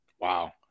Wow